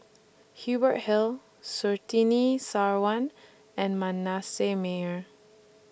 Hubert Hill Surtini Sarwan and Manasseh Meyer